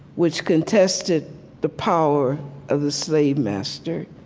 which contested the power of the slave master,